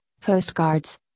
postcards